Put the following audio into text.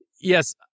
yes